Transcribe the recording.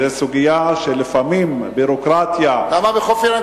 זו סוגיה שלפעמים ביורוקרטיה, למה בחוף ינאי?